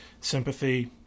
sympathy